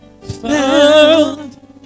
found